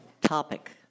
topic